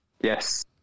yes